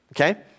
okay